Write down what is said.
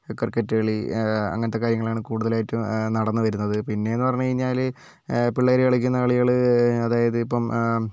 cricket കളി അങ്ങനത്തെ കാര്യങ്ങളാണ് കൂടുതലായിട്ടും നടന്നുവരുന്നത് പിന്നെ എന്ന് പറഞ്ഞു കഴിഞ്ഞാൽ പിള്ളേർ കളിക്കുന്ന കളികൾ അതായത് ഇപ്പം